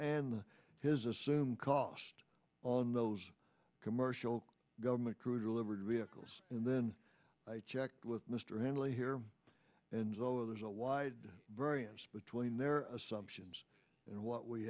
and his assumed cost on those commercial government through delivery vehicles and then i checked with mr handley here and so there's a wide variance between their assumptions and what we